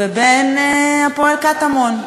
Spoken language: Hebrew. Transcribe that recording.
ובין "הפועל קטמון",